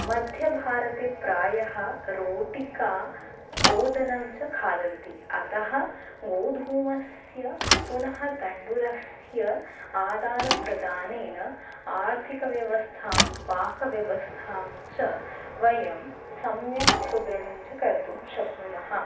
मध्यभारते प्रायः रोटिका ओदनं च खादन्ति अतः गोधूमस्य पुनः तण्डुलस्य आदानप्रदानेन आर्थिकव्यवस्थां पाकव्यवस्थां च वयं सम्यक् सुदृढं च कर्तुं शक्नुमः